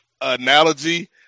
analogy